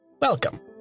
Welcome